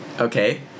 Okay